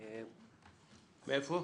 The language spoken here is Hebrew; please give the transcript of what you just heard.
מאיפה?